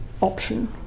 option